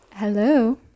Hello